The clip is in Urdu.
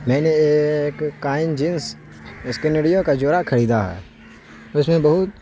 میں نے ایک کائن جنس اسپنریو کا جوڑا خریدا ہے تو اس میں بہت